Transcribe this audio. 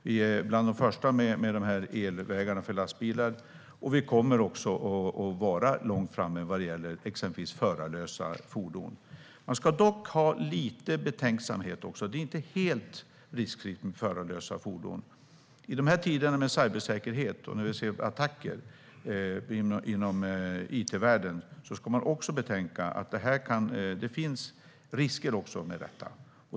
Vi är bland de första med elvägar för lastbilar, och vi kommer också att vara långt framme när det gäller exempelvis förarlösa fordon. Man ska dock ha lite betänksamhet. Det är inte helt riskfritt med förarlösa fordon. I dessa tider när det talas om cybersäkerhet och vi ser attacker i it-världen ska man betänka att det även finns risker med detta.